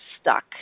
stuck